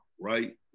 right